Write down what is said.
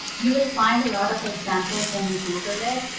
you will find a lot of examples when you google it,